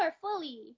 fully